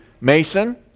Mason